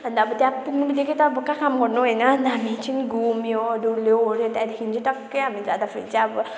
अन्त अब त्यहाँ पुग्नुबित्तिकै त अब कहाँ काम गर्नु होइन अन्त हामी चाहिँ एकछिन घुम्यो डुल्योहोर्यो त्यहाँदेखिको चाहिँ टक्कै हामी जाँदा फेरि चाहिँ अब